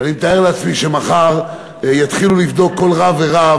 ואני מתאר לעצמי שמחר יתחילו לבדוק כל רב ורב